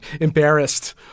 embarrassed